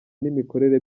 n‟imikorere